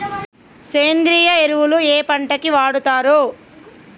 సేంద్రీయ ఎరువులు ఏ పంట కి వాడుతరు?